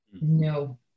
No